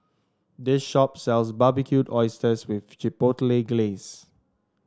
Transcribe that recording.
this shop sells Barbecued Oysters with Chipotle Glaze